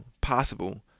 possible